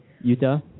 Utah